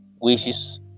Wishes